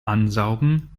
ansaugen